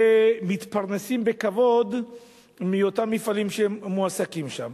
ומתפרנסים בכבוד מאותם מפעלים שהם מועסקים שם.